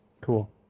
Cool